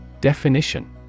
Definition